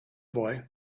boy